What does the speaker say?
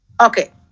Okay